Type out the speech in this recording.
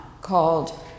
called